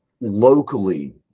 locally